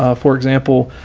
ah for example,